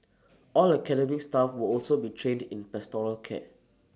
all academic staff will also be trained in pastoral care